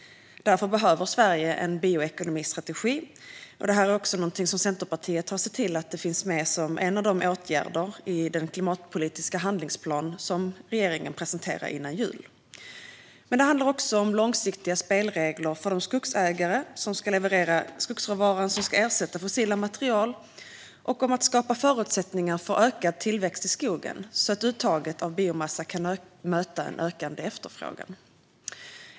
Därför behöver Sverige en bioekonomistrategi, vilket Centerpartiet fick med som en av åtgärderna i den klimatpolitiska handlingsplan som regeringen presenterade före jul. Det handlar också om långsiktiga spelregler för de skogsägare som ska leverera skogsråvaran som ska ersätta fossila material och om att skapa förutsättningar för ökad tillväxt i skogen så att uttaget av biomassa kan möta en ökande efterfrågan.